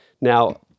Now